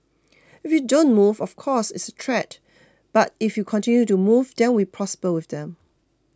if you don't move of course it's a threat but if you continue to move then we prosper with them